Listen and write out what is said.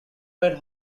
made